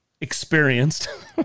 experienced